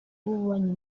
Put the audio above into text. ububanyi